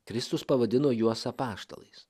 kristus pavadino juos apaštalais